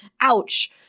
ouch